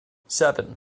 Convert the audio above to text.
seven